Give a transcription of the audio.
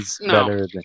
No